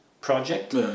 project